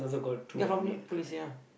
get from your police ya